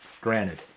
granted